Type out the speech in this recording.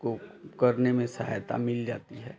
को करने में सहायता मिल जाती है